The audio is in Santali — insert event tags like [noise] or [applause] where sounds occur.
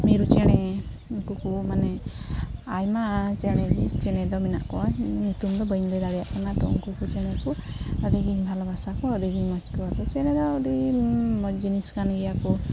ᱢᱤᱨᱩ ᱪᱮᱬᱮ ᱩᱱᱠᱩᱠᱚ ᱢᱟᱱᱮ ᱟᱭᱢᱟ ᱪᱮᱬᱮᱜᱮ ᱪᱮᱬᱮᱫᱚ ᱢᱮᱱᱟᱜ ᱠᱚᱣᱟ ᱧᱩᱛᱩᱢᱫᱚ ᱵᱟᱹᱧ ᱞᱟᱹᱭ ᱫᱟᱲᱮᱭᱟᱜ ᱠᱟᱱᱟ ᱛᱳ ᱩᱱᱠᱚᱠᱚ ᱪᱮᱬᱮᱠᱚ ᱟᱹᱰᱤᱜᱮᱧ ᱵᱷᱟᱞᱚᱵᱟᱥᱟ ᱠᱚᱣᱟ ᱟᱹᱰᱤᱜᱮᱧ ᱢᱚᱡᱽ ᱠᱚᱣᱟ [unintelligible] ᱪᱮᱬᱮᱫᱚ ᱟᱹᱰᱤ ᱢᱚᱡᱽ ᱡᱤᱱᱤᱥᱠᱟᱱ ᱜᱮᱭᱟᱠᱚ